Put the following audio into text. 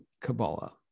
Kabbalah